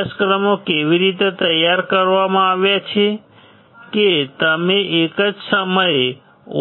અભ્યાસક્રમો એવી રીતે તૈયાર કરવામાં આવ્યા છે કે તમે એક જ સમયે